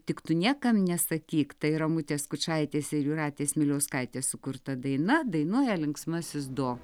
tik tu niekam nesakyk tai ramutės skučaitės ir jūratės miliauskaitės sukurta daina dainuoja linksmasis do